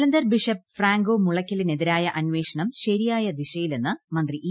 Jalandhar bishop Franco മുളയ്ക്കലിനെതിരായ അന്വേഷണം ശ്രീയായ ദിശയിലെന്ന് മന്ത്രി ഇ